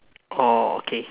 orh okay